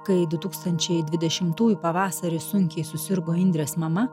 kai du tūkstančiai dvidešimtųjų pavasarį sunkiai susirgo indrės mama